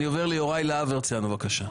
אני עובר ליוראי להב הרצנו, בבקשה.